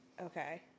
Okay